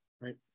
right